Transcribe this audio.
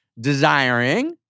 desiring